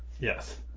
Yes